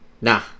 Nah